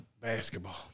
basketball